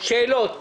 יש שאלות?